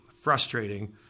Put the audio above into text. frustrating